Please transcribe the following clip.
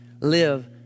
Live